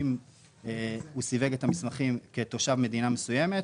אם הוא סיווג את המסמכים כתושב מדינה מסוימת,